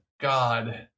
God